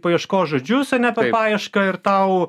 paieškos žodžius ane paiešką ir tau